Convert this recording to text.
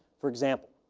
for example,